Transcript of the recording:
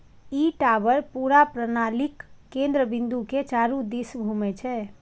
ई tower पूरा प्रणालीक केंद्र बिंदु के चारू दिस घूमै छै